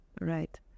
right